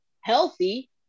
healthy